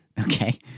Okay